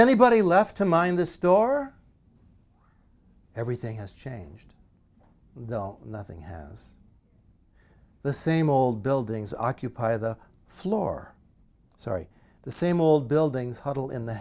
anybody left to mind the store everything has changed nothing has the same old buildings occupy the floor sorry the same old buildings huddle in the